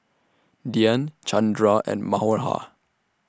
Dhyan Chandra and Manohar